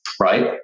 right